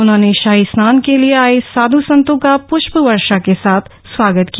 उन्होंने शाही स्नान के आए साध संतों का पृष्प वर्षा के साथ स्वागत किया